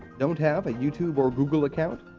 don't have a youtube or google account?